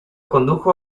condujo